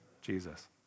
Jesus